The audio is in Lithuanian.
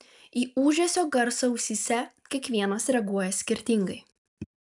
į ūžesio garsą ausyse kiekvienas reaguoja skirtingai